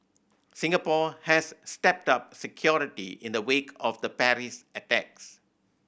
Singapore has stepped up security in the wake of the Paris attacks